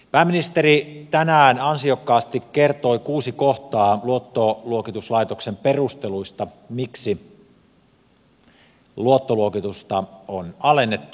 pääministeri tänään ansiokkaasti kertoi kuusi kohtaa luottoluokituslaitoksen perusteluista miksi luottoluokitusta on alennettu